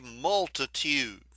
multitude